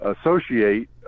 Associate